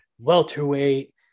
welterweight